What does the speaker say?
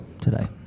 today